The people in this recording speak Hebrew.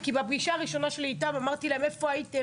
כי בפגישה הראשונה שלי איתם אמרתי להם: "איפה הייתם,